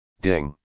Ding